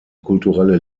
kulturelle